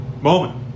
moment